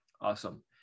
Awesome